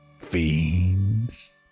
fiends